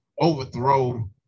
overthrow